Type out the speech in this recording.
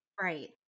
Right